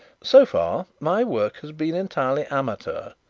so far my work has been entirely amateur.